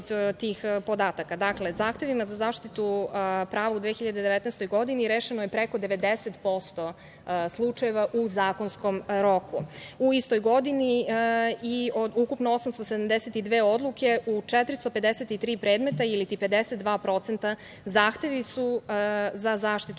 tih podataka. Dakle, zahtevima za zaštitu prava u 2019. godini rešeno je preko 90% slučajeva u zakonskom roku. U istoj godini, od ukupno 872 odluke u 453 predmeta ili 52%, zahtevi su za zaštitu